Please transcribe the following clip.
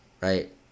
right